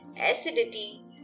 acidity